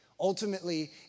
Ultimately